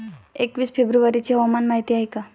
एकवीस फेब्रुवारीची हवामान माहिती आहे का?